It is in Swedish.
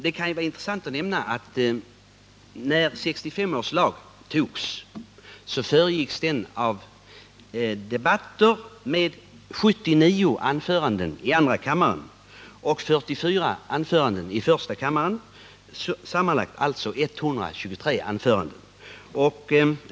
Det kan ju vara intressant att nämna att när 1950 års lag antogs, föregicks den av debatter med 79 anföranden i andra kammaren och 44 anföranden i första kammaren, sammanlagt alltså 123 anföranden.